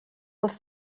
els